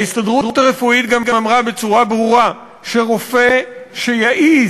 ההסתדרות הרפואית גם אמרה בצורה ברורה שרופא שיעז